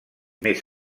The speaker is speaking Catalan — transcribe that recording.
més